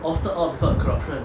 also cause of corruption